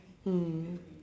mm